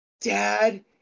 Dad